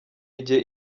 igihe